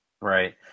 Right